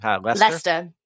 Leicester